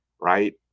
right